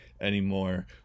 anymore